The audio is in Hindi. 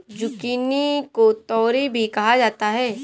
जुकिनी को तोरी भी कहा जाता है